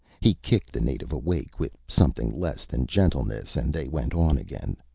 he kicked the native awake with something less than gentleness and they went on again.